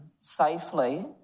safely